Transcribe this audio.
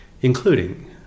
including